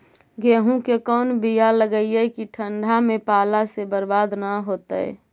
गेहूं के कोन बियाह लगइयै कि ठंडा में पाला से बरबाद न होतै?